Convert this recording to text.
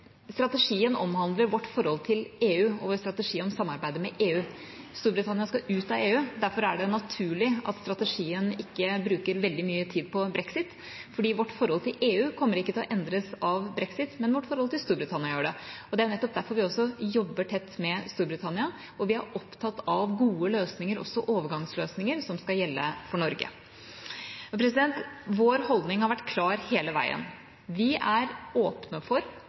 Strategien omhandler vårt forhold til EU og vår strategi om samarbeidet med EU. Storbritannia skal ut av EU, derfor er det naturlig at strategien ikke bruker veldig mye tid på brexit, for vårt forhold til EU kommer ikke til å endres av brexit, men vårt forhold til Storbritannia gjør det. Det er nettopp derfor vi også jobber tett med Storbritannia. Vi er opptatt av gode løsninger, også overgangsløsninger som skal gjelde for Norge. Vår holdning har vært klar hele veien: Vi er åpne for